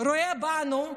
רואה בנו,